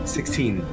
Sixteen